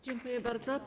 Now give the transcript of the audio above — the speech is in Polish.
Dziękuję bardzo.